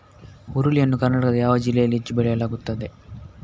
ಹುರುಳಿ ಯನ್ನು ಕರ್ನಾಟಕದ ಯಾವ ಜಿಲ್ಲೆಯಲ್ಲಿ ಹೆಚ್ಚು ಬೆಳೆಯಲಾಗುತ್ತದೆ?